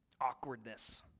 awkwardness